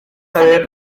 també